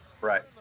Right